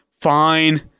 Fine